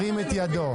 אין נמנעים.